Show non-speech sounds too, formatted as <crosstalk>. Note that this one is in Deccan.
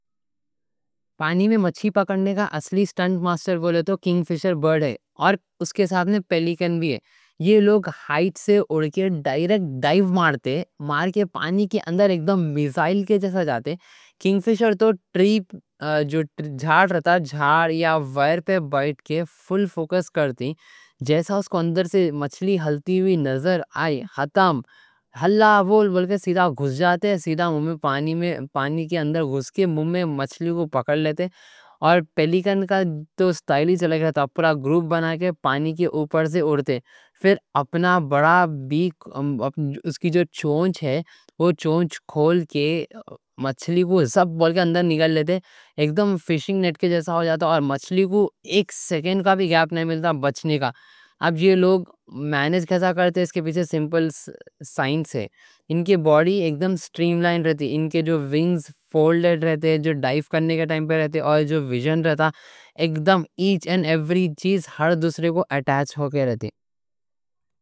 پانی میں مچھی پکڑنے کا اصلی سٹنٹ ماسٹر بولے تو کِنگ فِشر برڈ ہے۔ اور اس کے ساتھ میں پیلیکن بھی ہے <hesitation> یہ لوگ ہائٹ سے اڑ کے ڈائیو مار دیتے۔ مار کے پانی کے اندر ایکدم میزائل کے جیسا جاتے۔ کنگ فشر تو <hesitation> جھاڑ یا وائر پہ بیٹھ کے فل فوکس کرتی۔ جیسے اس کو اندر سے مچھی ہلتی بھی نظر آئے <hesitation> ختم۔ ہلّا بول بول کے سیدھا پانی میں گھس کے مچھی کو پکڑ لیتے، اور پیلیکن کا تو اسٹائل ایچ الگ رہتا۔ اپنا گروپ بنا کے پانی کے اوپر سے اڑتے، پھر اپنا بڑا <hesitation> چونچ، اس کی جو چونچ ایچ نا، وہ چونچ کھول کے مچھی کو اس کے گلے کے اندر نگل لیتے۔ اگدم فِشنگ نیٹ کے جیسا ہو جاتا، اور مچھی کو ایک سیکنڈ کا بھی گیپ نہیں ملتا بچنے کا۔ اب یہ لوگ مینیج کیسا کرتے؟ اس کے پیچھے <hesitation> سمپل سائنس ہے۔ ان کی باڈی ایکدم سٹریم لائن رہتی، ان کے وِنگز ڈائیو کرنے کے ٹائم پہ فولڈ رہتے۔ اور جو ویژن رہتا، ایچ این ایوری چیز ہر دوسرے کو اٹیچ ہو کے رہتے۔